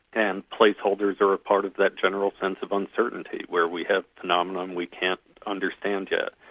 and placeholders are a part of that general sense of uncertainty, where we have phenomena um we can't understand yet.